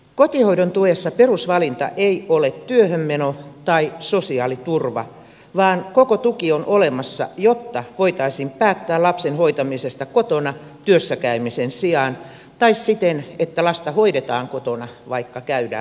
kotihoidon tuessa perusvalinta ei ole työhönmeno tai sosiaaliturva vaan koko tuki on olemassa jotta voitaisiin päättää lapsen hoitamisesta kotona työssäkäymisen sijaan tai siten että lasta hoidetaan kotona vaikka käydään työssä